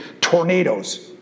tornadoes